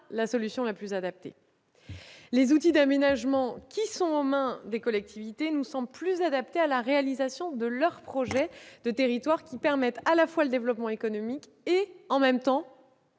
la solution la plus adaptée. Les outils d'aménagement, qui sont aux mains des collectivités, nous semblent plus adaptés à la réalisation de leurs projets de territoire en favorisant à la fois le développement économique et l'adaptation